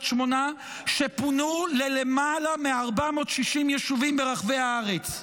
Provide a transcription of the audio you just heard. שמונה שפונו למעל 460 יישובים ברחבי הארץ.